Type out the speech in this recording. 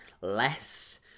less